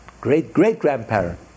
great-great-grandparent